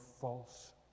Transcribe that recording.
false